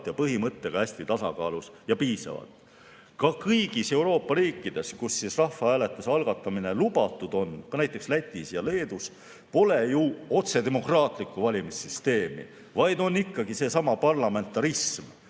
põhimõttega hästi tasakaalus ja piisavad. Ka kõigis Euroopa riikides, kus rahvahääletuse algatamine on lubatud, ka näiteks Lätis ja Leedus, pole ju otsedemokraatlikku valimissüsteemi, vaid on seesama parlamentarism.